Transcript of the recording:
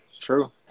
true